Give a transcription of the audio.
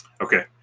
Okay